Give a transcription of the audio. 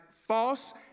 false